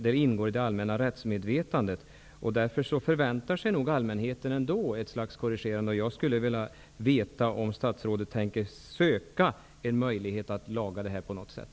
Det ingår i det allmänna rättsmedvetandet, och därför förväntar sig allmänheten nog en korrigering. Jag skulle vilja veta om statsrådet tänker söka en möjlighet att laga det här på något sätt.